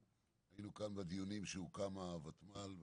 היינו כאן בדיונים כשהוקמה הוותמ"ל,